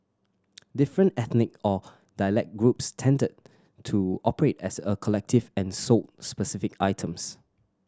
different ethnic or dialect groups tended to operate as a collective and sold specific items